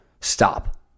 stop